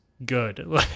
Good